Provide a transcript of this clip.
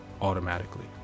automatically